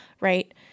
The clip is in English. right